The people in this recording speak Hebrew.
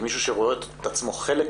כמי שרואה את עצמו חלק